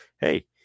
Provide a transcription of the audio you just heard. hey